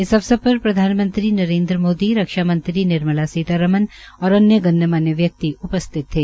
इस अवसर पर प्रधानमंत्री नरेन्द्र मोदी रक्षा मंत्री निर्मला सीतारमण और अनय गणमान्य व्यक्ति उपस्थित थे